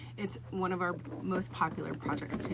it's one of our most popular projects to do.